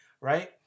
right